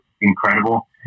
incredible